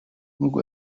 nk’uko